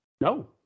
No